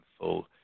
full